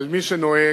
על מי שנוהג